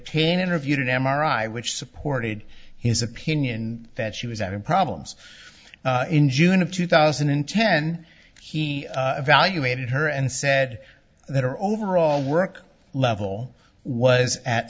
pain interviewed an m r i which supported his opinion that she was having problems in june of two thousand and ten he valuated her and said that her overall work level was at